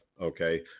okay